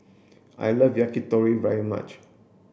I love Yakitori very much